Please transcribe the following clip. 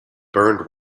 burned